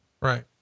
right